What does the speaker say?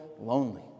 lonely